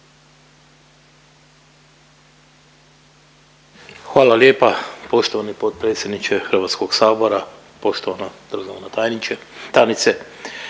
Ivan (HDZ)** Poštovani potpredsjedniče Hrvatskog sabora, poštovana državna tajnice